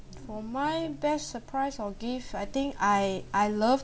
for my best surprise or gift I think I I love